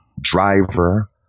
driver